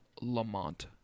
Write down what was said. Lamont